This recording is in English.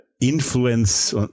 influence